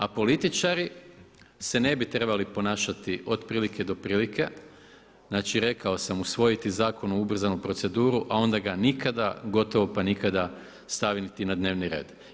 A političari se ne bi trebali ponašati otprilike do prilike, znači rekao sam, usvojiti zakon u ubrzanu proceduru a onda ga nikada, gotovo pa nikada staviti na dnevni red.